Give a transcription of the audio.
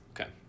Okay